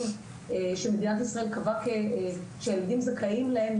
שמדינת ישראל קבעה שהילדים זכאים להם,